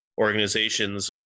organizations